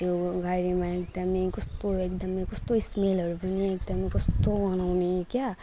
त्यो गाडीमा एकदम कस्तो एकदम कस्तो स्मेलहरू पनि एकदम कस्तो गनाउने क्या